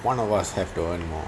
one of us have to earn more